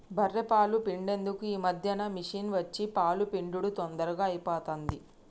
బఱ్ఱె పాలు పిండేందుకు ఈ మధ్యన మిషిని వచ్చి పాలు పిండుడు తొందరగా అయిపోతాంది